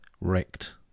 wrecked